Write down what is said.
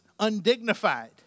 undignified